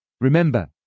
Remember